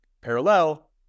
parallel